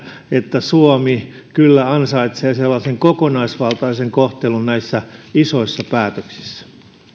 että suomi kyllä ansaitsee sellaisen kokonaisvaltaisen kohtelun näissä isoissa päätöksissä